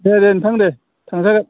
दे दे नोंथां दे थांजागोन